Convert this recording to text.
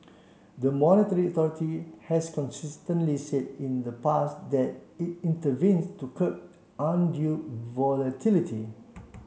the monetary authority has consistently said in the past that it intervenes to curb undue volatility